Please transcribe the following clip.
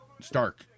Stark